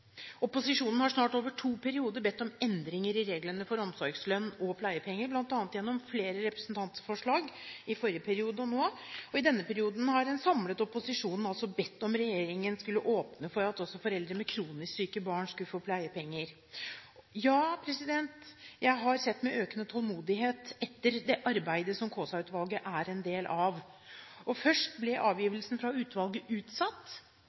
Opposisjonen har snart over to perioder bedt om endringer i reglene for omsorgslønn og pleiepenger, bl.a. gjennom flere representantforslag i forrige periode og nå, og i denne perioden har en samlet opposisjon bedt regjeringen om å åpne for at også foreldre med kronisk syke barn skulle få pleiepenger. Ja, jeg har sett med økende utålmodighet etter det arbeidet som Kaasa-utvalget er en del av, og først ble avgivelsen fra utvalget utsatt,